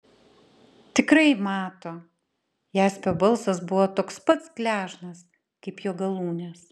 tikrai mato jaspio balsas buvo toks pat gležnas kaip jo galūnės